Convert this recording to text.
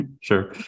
sure